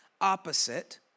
opposite